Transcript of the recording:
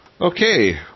Okay